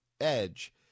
edge